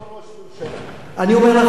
אני אומר לך, הם מעל לכול.